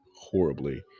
horribly